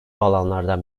alanlardan